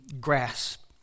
grasp